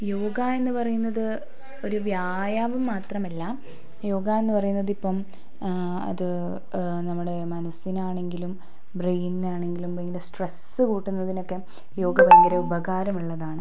യോഗ എന്ന് പറയുന്നത് ഒരു വ്യായാമം മാത്രമല്ല യോഗ എന്ന് പറയുന്നത് ഇപ്പം അത് നമ്മുടെ മനസ്സിനാണെങ്കിലും ബ്രെയിനിനാണെങ്കിലും ഭയങ്കര സ്ട്രെസ്സ് കൂട്ടുന്നതിനൊക്കെ യോഗ ഭയങ്കര ഉപകാരമുള്ളതാണ്